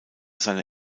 seine